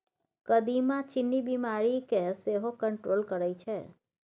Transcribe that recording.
कदीमा चीन्नी बीमारी केँ सेहो कंट्रोल करय छै